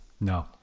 No